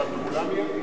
אבל, מיידית